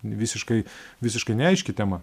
visiškai visiškai neaiški tema